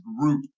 group